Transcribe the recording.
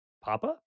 Papa